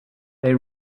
they